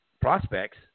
prospects